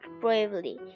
bravely